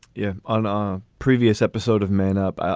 yeah. on um previous episode of man up, ah